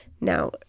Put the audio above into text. Now